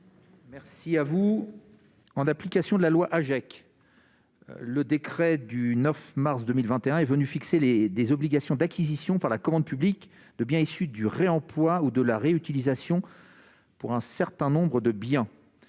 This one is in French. commission ? En application de la loi AGEC, le décret du 9 mars 2021 est venu fixer des obligations d'acquisition par la commande publique de biens issus du réemploi ou de la réutilisation dans un certain nombre de cas.